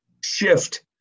shift